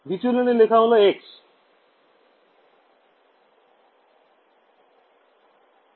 দ্বিতীয় লাইনে লেখা হল x